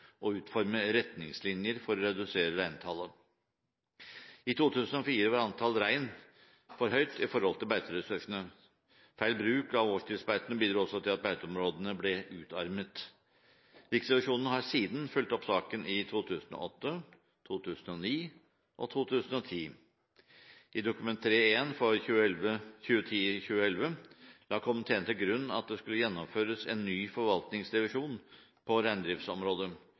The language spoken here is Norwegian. å utforme retningslinjer for å redusere reintallet. I 2004 var antallet rein for høyt i forhold til beiteressursene. Feil bruk av årstidsbeitene bidro også til at beiteområdene ble utarmet. Riksrevisjonen har siden fulgt opp saken, i 2008, 2009 og 2010. I Dokument 3:1 for 2010–2011 la komiteen til grunn at det skulle gjennomføres en ny forvaltningsrevisjon på reindriftsområdet,